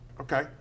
Okay